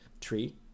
tree